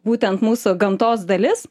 būtent mūsų gamtos dalis